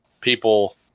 people